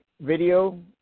video